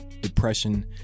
depression